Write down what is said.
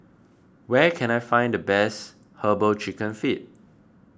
where can I find the best Herbal Chicken Feet